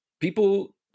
people